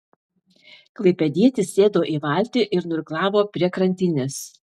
klaipėdietis sėdo į valtį ir nuirklavo prie krantinės